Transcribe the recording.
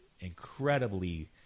incredibly